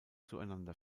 zueinander